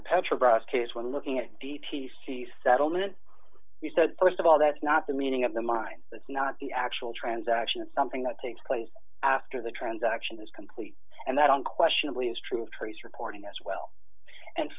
the petrobras case when looking at d t c settlement he said st of all that's not the meaning of the mine it's not the actual transaction it's something that takes place after the transaction is complete and that unquestionably is true trace reporting as well and